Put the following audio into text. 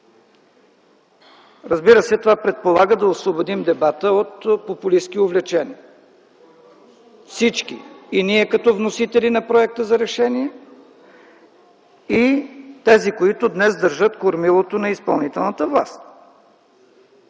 решения. Това предполага да освободим дебата от популистки увлечения, но всички – и ние като вносители на проекта за решение, и тези, които днес държат кормилото на изпълнителната власт.